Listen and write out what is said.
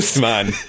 man